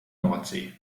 nordsee